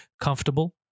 comfortable